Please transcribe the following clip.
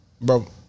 Bro